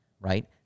right